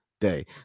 day